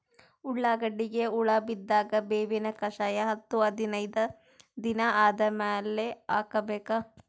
ಉಳ್ಳಾಗಡ್ಡಿಗೆ ಹುಳ ಬಿದ್ದಾಗ ಬೇವಿನ ಕಷಾಯ ಹತ್ತು ಹದಿನೈದ ದಿನ ಆದಮೇಲೆ ಹಾಕಬೇಕ?